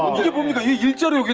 you usually